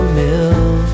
mill